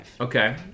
Okay